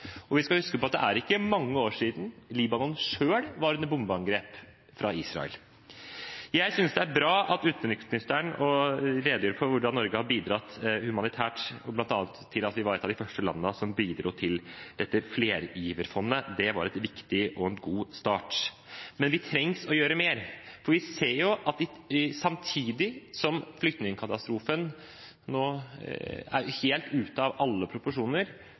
og vi skal huske på at det er ikke mange år siden Libanon selv var under bombeangrep fra Israel. Jeg synes det er bra at utenriksministeren redegjør for hvordan Norge har bidratt humanitært, bl.a. var vi et av de første landene som bidro til flergiverfondet. Det var en viktig og god start, men det trengs å bli gjort mer, for samtidig som flyktningkatastrofen nå er helt ute av alle proporsjoner,